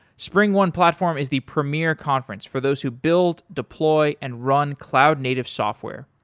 springone platform is the premier conference for those who build, deploy and run cloud native software.